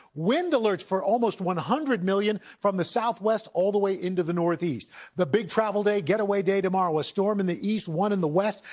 wind alerts for almost one hundred million from the southwest all the way into the northeast the big travel day getaway day tomorrow, a storm in the east, one in the west.